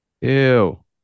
Ew